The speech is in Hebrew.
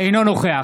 אינו נוכח